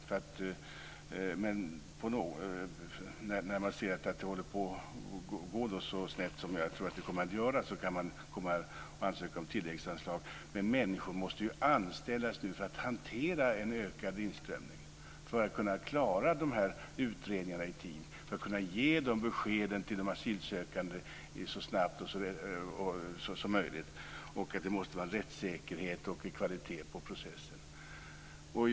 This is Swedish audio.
När man ser att det håller på att gå så snett som jag tror att det kommer att gå ansöker man om tilläggsanslag. Men man måste anställa människor till att hantera en ökad tillströmning för att klara utredningarna i tid, för att kunna ge besked till asylsökande så snabbt som möjligt. Och det måste vara en rättssäkerhet och kvalitet på processen.